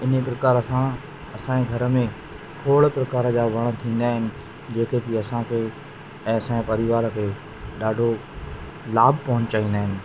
इन प्रकार सां असांजे घर में खोड़ प्रकार जा वण थींदा आहिनि जेके कि असांखे ऐं असांजे परिवार खे ॾाढो लाभ पहुचाईंदा आहिनि